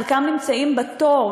חלקם נמצאים בתור,